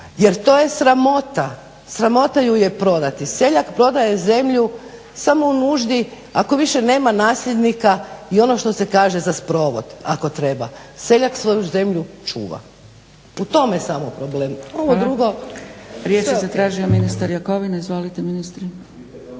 Jer to je sramota! Sramota ju je prodati. Seljak prodaje zemlju samo u nuždi, ako više nema nasljednika i ono što se kaže za sprovod ako treba. Seljak svoju zemlju čuva. U tome je samo problem, a ovo drugo. **Zgrebec,